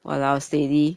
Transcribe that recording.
!walao! steady